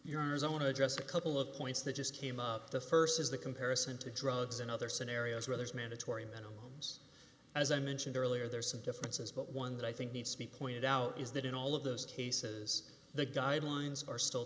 yours i want to address a couple of points that just came up the st is the comparison to drugs and other scenarios where there's mandatory minimums as i mentioned earlier there are some differences but one that i think needs to be pointed out is that in all of those cases the guidelines are still